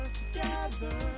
together